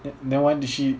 then then why did she